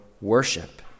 worship